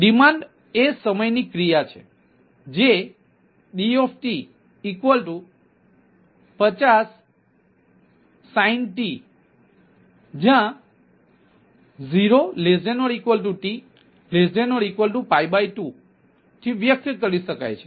demand એ સમયની ક્રિયા છે જે D50sin જ્યાં 0t2થી વ્યક્ત કરી શકાય છે